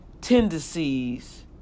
tendencies